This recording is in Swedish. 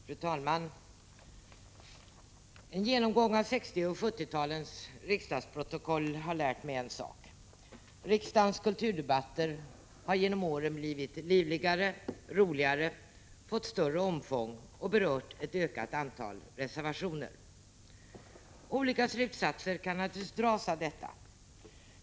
Fru talman! En genomgång av 1960 och 1970-talens riksdagsprotokoll har lärt mig en sak: Riksdagens kulturdebatter har genom åren blivit livligare, roligare, fått större omfång och berört ett ökat antal reservationer. Olika slutsatser kan naturligtvis dras av detta.